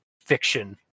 fiction